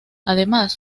además